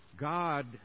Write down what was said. God